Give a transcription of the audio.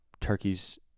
turkeys